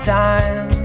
time